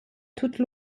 toute